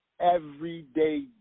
everyday